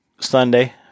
Sunday